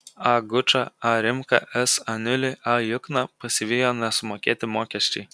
a gučą a rimką s aniulį a jukną pasivijo nesumokėti mokesčiai